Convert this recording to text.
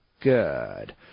good